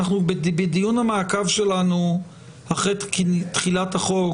אנחנו בדיון המעקב שלנו אחרי תחילת החוק,